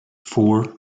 four